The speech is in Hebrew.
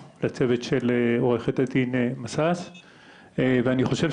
לצוות של עורכת הדין מסס ואני חושב,